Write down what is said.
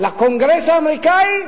לקונגרס האמריקני?